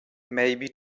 maybe